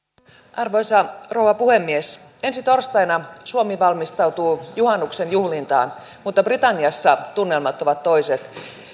arvoisa rouva puhemies ensi torstaina suomi valmistautuu juhannuksen juhlintaan mutta britanniassa tunnelmat ovat toiset